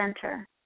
center